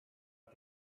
got